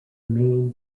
main